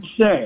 say